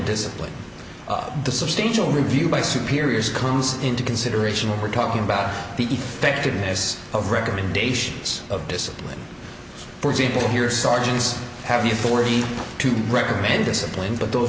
discipline of the substantial review by superiors comes into consideration when we're talking about the effectiveness of recommendations of discipline for example here sergeants have the authority to recommend discipline but those